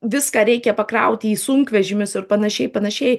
viską reikia pakrauti į sunkvežimius ir panašiai panašiai